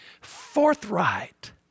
forthright